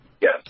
Yes